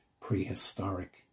prehistoric